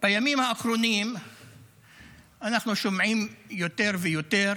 בימים האחרונים אנחנו שומעים יותר ויותר